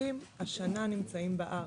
משתתפים השנה נמצאים בארץ,